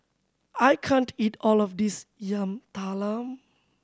I can't eat all of this Yam Talam